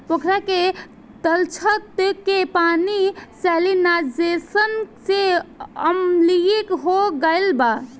पोखरा के तलछट के पानी सैलिनाइज़ेशन से अम्लीय हो गईल बा